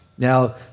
Now